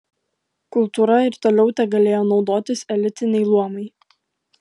kultūra ir toliau tegalėjo naudotis elitiniai luomai